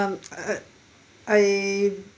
uh I